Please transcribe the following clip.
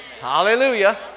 Hallelujah